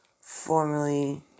formerly